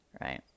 right